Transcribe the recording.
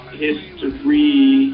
history